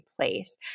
place